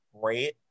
great